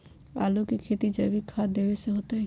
आलु के खेती जैविक खाध देवे से होतई?